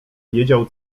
wiedział